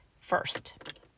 first